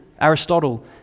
Aristotle